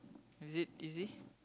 is it easy